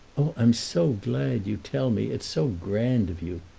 oh, i'm so glad you tell me it's so grand of you!